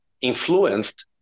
influenced